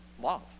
love